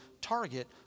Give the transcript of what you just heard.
target